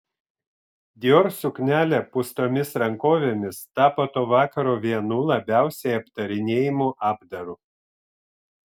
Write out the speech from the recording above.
dior suknelė pūstomis rankovėmis tapo to vakaro vienu labiausiai aptarinėjamu apdaru